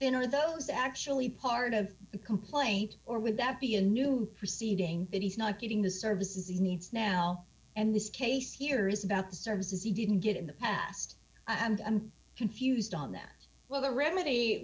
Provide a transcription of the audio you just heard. are those actually part of the complaint or would that be a new proceeding that he's not getting the services he needs now and this case here is about the services you didn't get in the past and i'm confused on that well the remedy